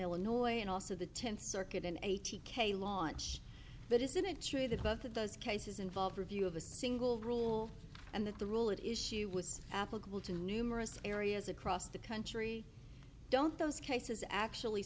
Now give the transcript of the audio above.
illinois and also the tenth circuit in eighty k launch but isn't it true that both of those cases involve review of the single rule and that the rule that is she was applicable to numerous areas across the country don't those cases actually